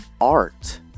art